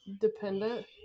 dependent